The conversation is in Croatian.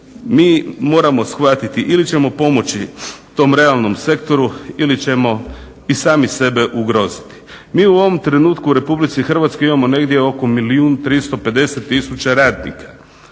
mi moramo shvatiti ili ćemo pomoći tom realnom sektoru ili ćemo i sami sebe ugroziti. Mi u ovom trenutku u RH imamo negdje oko milijun 350 tisuća radnika.